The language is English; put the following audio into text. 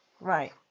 Right